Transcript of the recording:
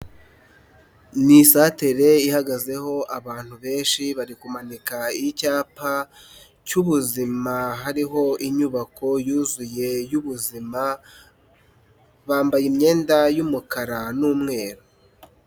NI isatere ihagazeho abantu benshi bari kumanika icyapa cy'ubuzima hariho inyubako yuzuye y'ubuzima bambaye imyenda y'umukara n'umweru.